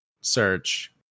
search